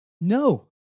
No